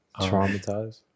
Traumatized